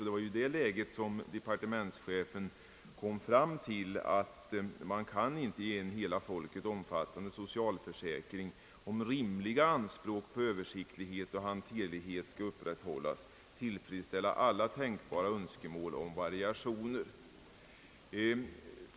Det var ju i detta läge som departementschefen kom till det resultatet att »en hela folket omfattande socialförsäkring kan inte, om rimliga anspråk på översiktlighet och hanterlighet skall upprätthållas, tillfredsställa alla tänkbara önskemål om variationer».